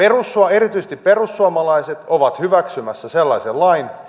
erityisesti perussuomalaiset ovat hyväksymässä sellaisen lain